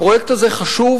הפרויקט הזה חשוב,